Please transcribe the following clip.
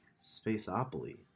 Spaceopoly